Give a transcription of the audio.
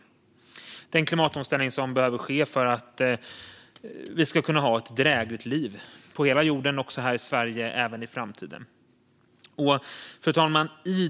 Den behöver ske för att vi ska kunna ha ett drägligt liv, på hela jorden och också här i Sverige, även i framtiden. Fru talman!